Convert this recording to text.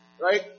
Right